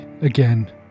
Again